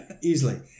Easily